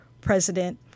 president